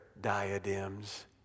diadems